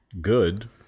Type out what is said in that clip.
good